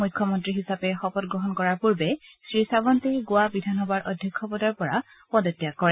মুখ্যমন্তী হিচাপে শপত গ্ৰহণ কৰাৰ পূৰ্বে শ্ৰীছাৱণ্টে গোৱা বিধানসভাৰ অধ্যক্ষ পদৰ পৰা পদত্যাগ কৰে